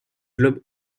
globe